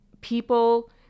People